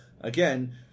again